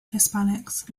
hispanics